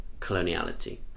coloniality